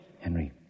Henry